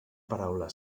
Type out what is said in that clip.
paraula